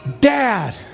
dad